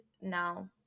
now